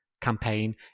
campaign